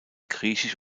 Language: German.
griechisch